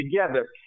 together